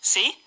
See